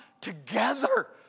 together